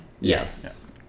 yes